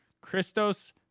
Christos